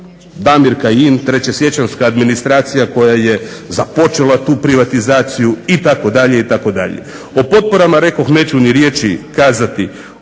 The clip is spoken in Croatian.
Damir Kajin, trećesiječanjska administracija koja je započela tu privatizaciju itd.,